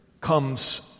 comes